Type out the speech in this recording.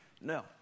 No